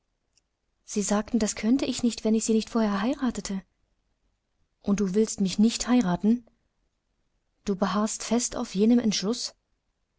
sie sagten das könne ich nicht wenn ich sie nicht vorher heiratete und du willst mich nicht heiraten du beharrst fest bei jenem entschluß